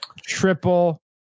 triple